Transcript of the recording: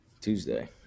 Tuesday